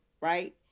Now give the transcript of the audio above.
right